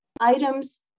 items